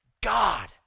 God